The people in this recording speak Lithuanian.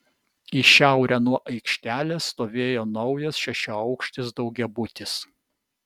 į šiaurę nuo aikštelės stovėjo naujas šešiaaukštis daugiabutis